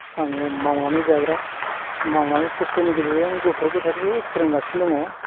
आङो मावनानै जाग्रा मावनानै खस्थ'नि गेजेरजों गथ' गथायफोरखौ फोरोंगासिनो दङ